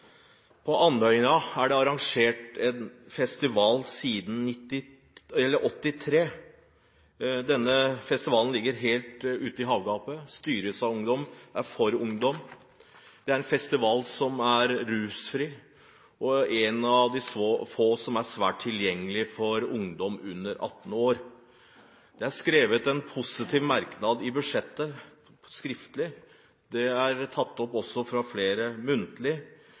På Andøya er det arrangert en festival siden 1983. Denne festivalen ligger helt ute i havgapet, styres av ungdom og er for ungdom. Det er en festival som er rusfri, og det er en av de svært få som er tilgjengelig for ungdom under 18 år. Det er skrevet en positiv merknad i budsjettet, og det er tatt opp også fra flere muntlig.